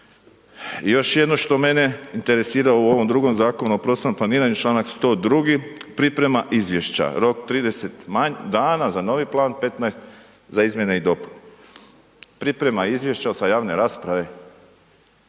Još jedno što mene interesira u ovom drugom Zakonu o prostornom planiranju, čl. 102. priprema izvješća, rok 30 dana za novi plan, 15 za izmjene i dopune. Priprema izvješća sa javne rasprave